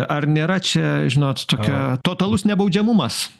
ar nėra čia žinot tokia totalus nebaudžiamumas